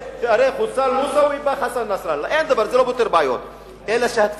הרי אתה יודע, אין חיסול, מוות, שהוא מבורך.